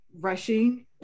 rushing